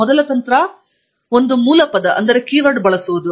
ಮೊದಲ ತಂತ್ರ ಮೂಲತಃ ಒಂದು ಮೂಲಪದಕೀವರ್ಡ್ ಬಳಸುತ್ತಿದೆ